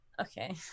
okay